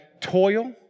toil